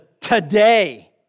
today